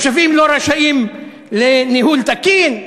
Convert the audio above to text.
התושבים לא רשאים לניהול תקין?